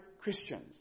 Christians